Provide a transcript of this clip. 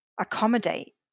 accommodate